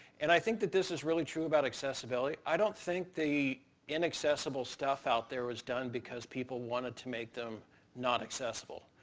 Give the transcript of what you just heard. and i think that this is really true about accessibility. i don't think the inaccessible stuff out there was done because people wanted to make them not accessible.